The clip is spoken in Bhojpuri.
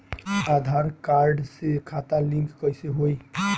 आधार कार्ड से खाता लिंक कईसे होई?